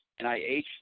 NIH